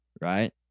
right